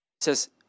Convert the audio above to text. says